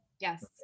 Yes